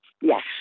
yes